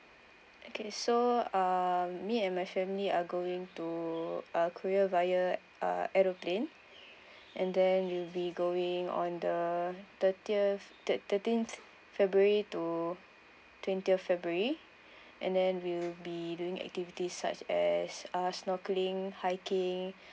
okay so uh me and my family are going to uh korea via uh aeroplane and then we'll be going on the thirtieth thirteenth february to twentieth february and then we'll be doing activities such as uh snorkeling hiking